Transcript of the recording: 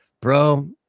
Bro